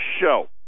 show